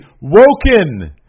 woken